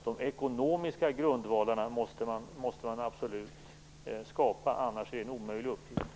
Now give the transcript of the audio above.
De ekonomiska grundvalarna måste man absolut skapa, annars är det en omöjlig uppgift.